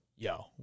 Yo